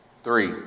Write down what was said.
Three